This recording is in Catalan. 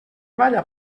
balla